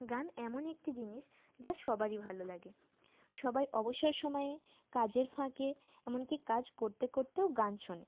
গান এমন একটি জিনিস যা সবারই ভালো লাগে সবাই অবসর সময়ে কাজের ফাঁকে এমন কি কাজ করতে করতেও গান শোনে